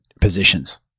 positions